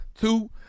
two